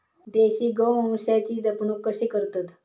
देशी गोवंशाची जपणूक कशी करतत?